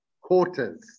quarters